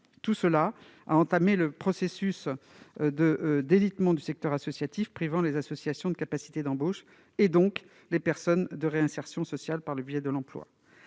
ont entamé le processus de délitement du secteur associatif, privant les associations de leur capacité d'embauche et certaines personnes d'une réinsertion sociale par le biais de l'emploi.